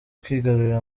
kwigarurira